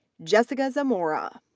jessica zamora,